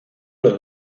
los